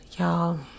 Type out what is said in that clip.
Y'all